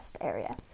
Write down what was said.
area